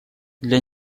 для